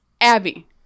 Abby